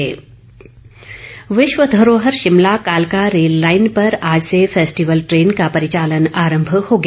रेलगाड़ी विश्व धरोहर शिमला कालका रेललाईन पर आज से फैस्टिवल ट्रेन का परिचालन आरम्म हो गया